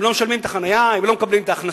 הם לא משלמים את החנייה, הם לא מקבלים את ההכנסה.